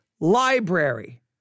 library